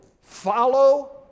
follow